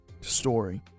story